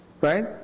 right